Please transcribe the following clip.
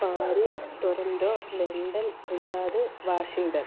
Paris Toronto London Riyadh Washington